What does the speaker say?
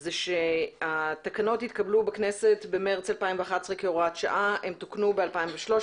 זה שהתקנות התקבלו בכנסת במארס 2011 כהוראת שעה והן תוקנו ב-2013,